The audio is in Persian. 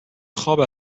خواب